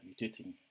mutating